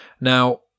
Now